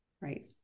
right